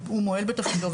הוא מועל בתפקידו.